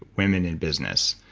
women in business,